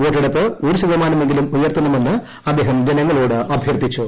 വോട്ടെടുപ്പ് ഒരു ശതമാനമെങ്കിലും ഉയർത്തണമെന്ന് അദ്ദേഹം ജനങ്ങളോട് അഭ്യർത്ഥിച്ചു